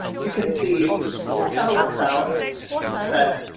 you can see we're kind of works out that